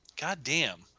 goddamn